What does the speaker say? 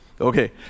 okay